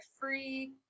free